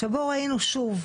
שבו ראינו שוב,